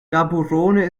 gaborone